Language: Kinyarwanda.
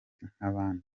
nk’abandi